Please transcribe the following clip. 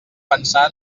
pensar